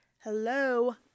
Hello